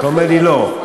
אתה אומר לי לא,